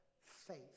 Faith